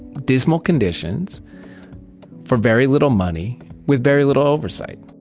dismal conditions for very little money with very little oversight